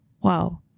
Wow